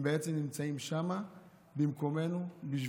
הם בעצם נמצאים שם במקומנו, בשבילנו,